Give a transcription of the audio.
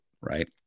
right